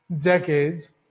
decades